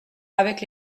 avec